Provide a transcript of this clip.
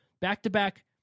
Back-to-back